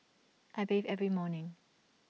I bathe every morning